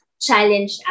Challenge